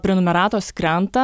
prenumeratos krenta